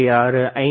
6 5